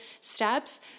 steps